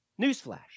newsflash